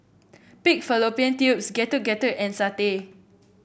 Pig Fallopian Tubes Getuk Getuk and satay